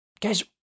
Guys